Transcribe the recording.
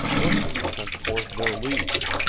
bushes sent forth their leaves,